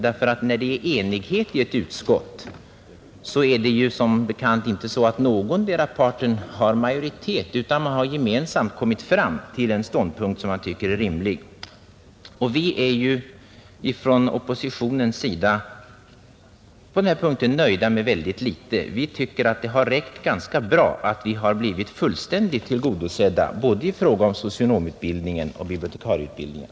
När det är enighet i ett utskott, är det som bekant inte så att någondera parten har majoritet utan man har gemensamt kommit fram till en ståndpunkt som man tycker är rimlig. Vi från oppositionen är på den här punkten nöjda med väldigt litet. Vi tycker att det har räckt ganska bra att vi har blivit fullständigt tillgodosedda i fråga om både socionomutbildningen och bibliotekarieutbildningen!